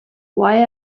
why